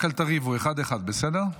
רק אל תריבו, אחד-אחד, בסדר?